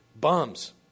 bums